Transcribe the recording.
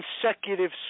consecutive